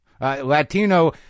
Latino